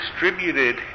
distributed